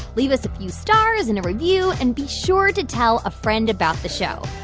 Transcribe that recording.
leave us a few stars and a review. and be sure to tell a friend about the show.